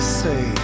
say